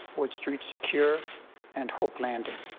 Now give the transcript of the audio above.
wood street secure and hope landing.